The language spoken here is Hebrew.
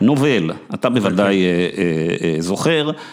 נובל, אתה בוודאי זוכר.